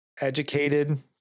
educated